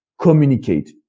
communicate